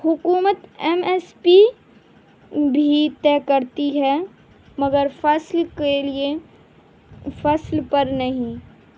حکومت M S P بھی طے کرتی ہے مگر فصل کے لیے فصل پر نہیں